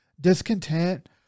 discontent